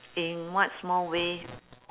in what small way